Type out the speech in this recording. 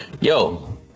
Yo